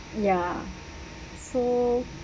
ya so